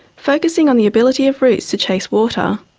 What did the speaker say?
focusing on the ability of roots to chase water.